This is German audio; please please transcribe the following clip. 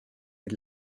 mit